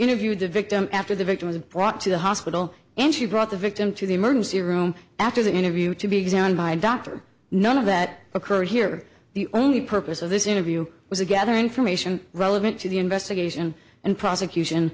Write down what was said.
interviewed the victim after the victim was brought to the hospital and she brought the victim to the emergency room after that interview to be examined by dr none of that occurred here the only purpose of this interview was a gather information relevant to the investigation and prosecution